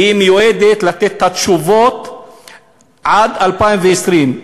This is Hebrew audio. מיועדת לתת את התשובות עד 2020,